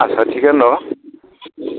आस्सा थिगानो दं